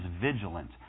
vigilant